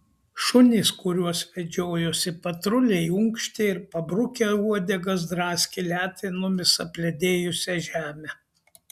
šunys kuriuos vedžiojosi patruliai unkštė ir pabrukę uodegas draskė letenomis apledėjusią žemę